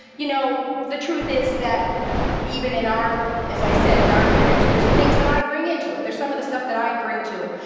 you know the truth is that even in our, as i said, in our marriage there's the things that i bring into it. there's some of the stuff that i bring to it,